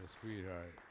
sweetheart